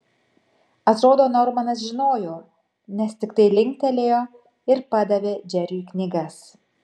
atrodo normanas žinojo nes tiktai linktelėjo ir padavė džeriui knygas